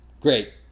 Great